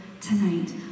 tonight